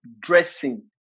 dressing